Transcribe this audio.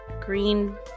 green